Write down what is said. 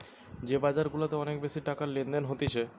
যে বাজার গুলাতে অনেক বেশি টাকার লেনদেন হতিছে